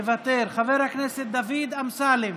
מוותר, חבר הכנסת דוד אמסלם,